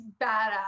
badass